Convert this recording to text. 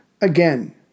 again